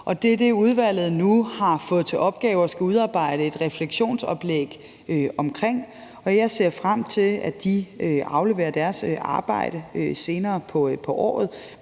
Det er det, udvalget nu har fået til opgave at skulle udarbejde et refleksionsoplæg om, og jeg ser frem til, at de afleverer deres arbejde senere på året.